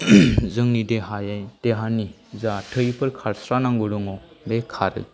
जोंनि देहायै देहानि जा थैफोर खारस्रानांगौ दङ बे खारो